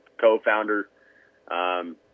co-founder